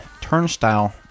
turnstile